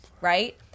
right